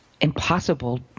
impossible